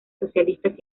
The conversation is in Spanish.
socialistas